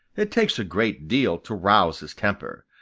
it takes a great deal to rouse his temper.